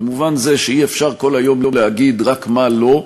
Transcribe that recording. במובן זה שאי-אפשר כל היום להגיד רק מה לא,